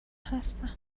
هستم